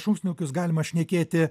šunsnukius galima šnekėti